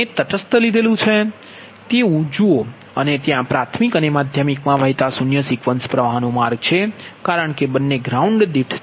બંને તટસ્થ લીધેલુ છે તેવું જુઓ અને ત્યાં પ્રાથમિક અને માધ્યમિકમાં વહેતા શૂન્ય સિક્વન્સ પ્રવાહનો માર્ગ છે કારણ કે બંને ગ્રાઉન્ડ છે